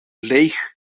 leeg